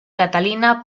catalina